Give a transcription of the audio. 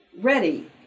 ready